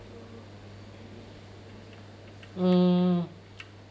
mm